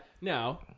Now